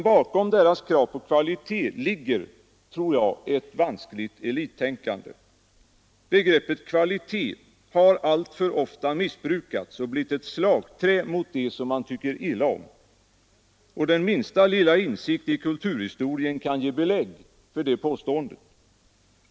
Bakom deras krav på kvalitet ligger, tror jag, ett vanskligt elittänkande. Begreppet kvalitet har alltför ofta missbrukats och blivit ett slagträ mot det som man tycker illa om. Den minsta lilla insikt i kulturhistorien kan ge belägg för detta påstående.